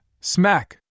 Smack